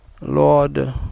Lord